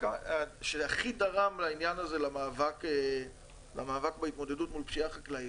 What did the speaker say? שהכי גרם למאבק בהתמודדות מול פשיעה חקלאית,